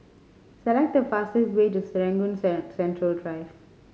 select the fastest way to Serangoon Central Drive